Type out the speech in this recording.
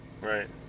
Right